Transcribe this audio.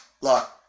look